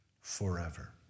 forever